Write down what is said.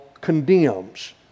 condemns